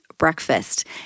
breakfast